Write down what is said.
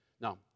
Now